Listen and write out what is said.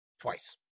twice